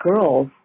girls